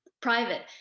private